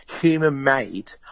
human-made